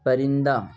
پرندہ